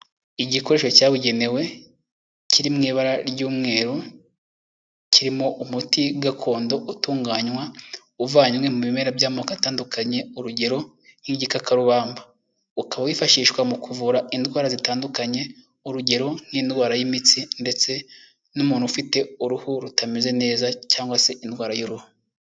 Igikoresho cyabugenewe kiri mu ibara ry'umweru, kirimo umuti gakondo utunganywa uvanywe mu bimera by'amoko atandukanye. Urugero; nk'igikakarubamba. Ukaba wifashishwa mu kuvura indwara zitandukanye, urugero; nk'indwara y'imitsi ndetse n'umuntu ufite uruhu rutameze neza cyangwa se indwara y'uruhu.